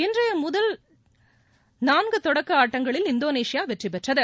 இன்றைய முதல் நான்கு தொடக்க ஆட்டங்களில் இந்தோனேஷியா வெற்றி பெற்றது